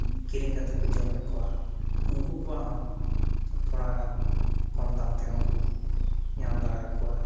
ᱠᱤᱨᱤᱧ ᱠᱟᱛᱮᱫ ᱠᱚ ᱡᱚᱢᱮᱫ ᱠᱚᱣᱟ ᱩᱱᱠᱩ ᱠᱚᱣᱟᱜ ᱦᱚᱸ ᱛᱷᱚᱲᱟᱜᱟᱱ ᱠᱚᱢ ᱫᱟᱢ ᱛᱮᱦᱚᱸ ᱠᱚ ᱧᱟᱢ ᱫᱟᱲᱮᱭᱟ ᱠᱚᱣᱟ